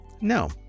No